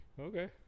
Okay